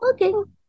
Okay